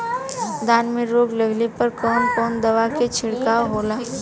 धान में रोग लगले पर कवन कवन दवा के छिड़काव होला?